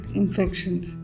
infections